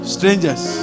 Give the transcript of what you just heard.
Strangers